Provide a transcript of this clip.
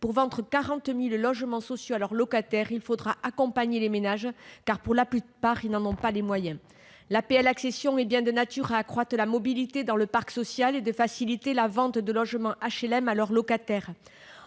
pour vendre 40 000 logements sociaux à leurs locataires, il faudra accompagner les ménages, qui, pour la plupart, n'ont pas les moyens d'acheter. L'APL accession est de nature à accroître la mobilité dans le parc social et à faciliter la vente de logements HLM à leurs locataires.